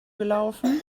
gelaufen